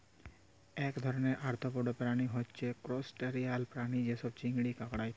এক ধরণের আর্থ্রপড প্রাণী হচ্যে ত্রুসটাসিয়ান প্রাণী যেমল চিংড়ি, কাঁকড়া ইত্যাদি